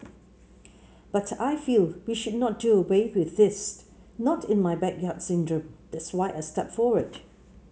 but I feel we should not do away with this not in my backyard syndrome that's why I stepped forward